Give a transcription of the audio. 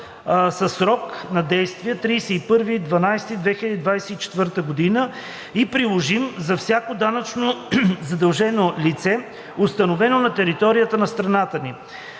със срок на действие до 31 декември 2024 г. и приложим за всяко данъчно задължено лице, установено на територията на страната ни.